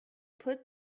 put